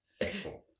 Excellent